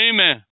Amen